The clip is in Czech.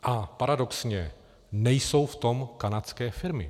A paradoxně, nejsou v tom kanadské firmy.